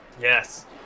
Yes